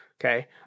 Okay